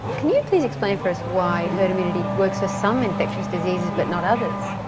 can you please explain for us why herd immunity works for some infectious diseases but not others?